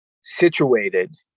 situated